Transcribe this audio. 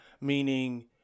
meaning